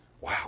Wow